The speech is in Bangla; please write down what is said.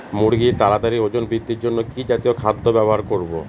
মুরগীর তাড়াতাড়ি ওজন বৃদ্ধির জন্য কি জাতীয় খাদ্য ব্যবহার করব?